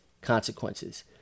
consequences